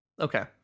Okay